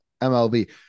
MLB